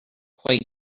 quite